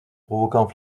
provoquant